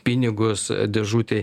pinigus dėžutėj